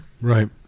right